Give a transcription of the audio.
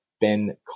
Ben